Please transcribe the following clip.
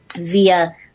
via